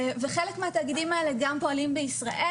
וחלק מהתאגידים האלה גם פועלים בישראל,